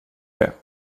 det